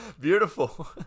Beautiful